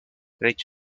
rich